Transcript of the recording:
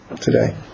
today